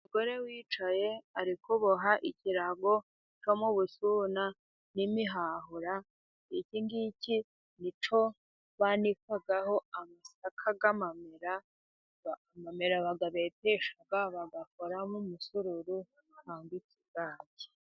Umugore wicaye ari kuboha ikirago cyo mu busuna n'imihwahura. Iki ngiki ni cyo banikaho amamera. Barayabetesha bagakoramo umusururu namba ikigage.